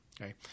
okay